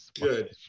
good